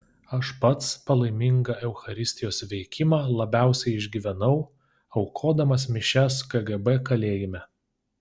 aš pats palaimingą eucharistijos veikimą labiausiai išgyvenau aukodamas mišias kgb kalėjime